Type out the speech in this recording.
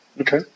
Okay